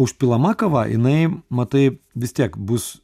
užpilama kava jinai matai vis tiek bus